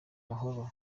mahano